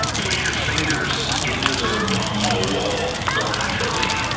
push your fingers into their abdominal wall laterally,